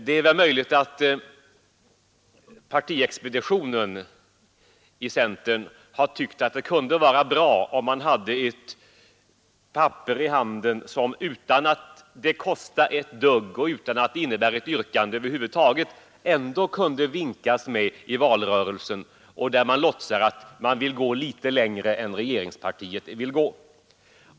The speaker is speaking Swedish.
Det är möjligt att centerns partiexpedition har tyckt att det kunde vara bra om man hade ett papper i handen, som man utan att det kostar ett dugg eller utan att man behöver ställa något yrkande över huvud taget ändå kan vinka med i valrörelsen och låtsas att man vill gå litet längre än regeringspartiet.